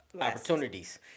opportunities